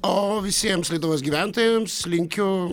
o visiems lietuvos gyventojams linkiu